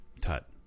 Tut